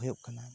ᱦᱩᱭᱩᱜ ᱠᱟᱱᱟ